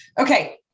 Okay